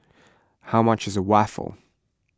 how much is Waffle